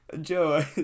Joe